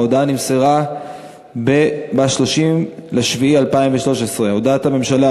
ההודעה נמסרה ב-27 במאי 2013. ההודעה הבאה: הודעת הממשלה